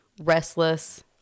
restless